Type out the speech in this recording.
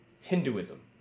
Hinduism